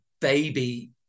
baby